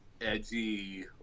edgy